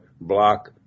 block